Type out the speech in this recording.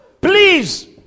Please